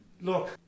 look